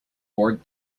bored